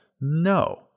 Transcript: No